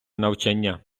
навчання